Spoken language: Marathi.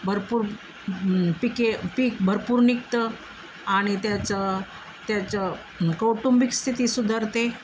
भरपूर पिके पीक भरपूर निघतं आणि त्याचं त्याचं कौटुंबिक स्थिती सुधारते